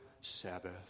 Sabbath